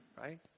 right